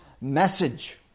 message